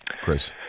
Chris